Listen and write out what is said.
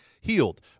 healed